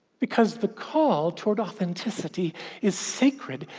because the call toward authenticity is sacred,